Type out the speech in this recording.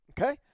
Okay